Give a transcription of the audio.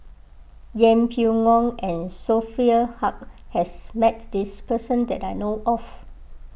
Yeng Pway Ngon and Sophia Hull has met this person that I know of